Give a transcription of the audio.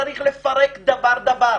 צריך לפרק דבר דבר.